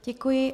Děkuji.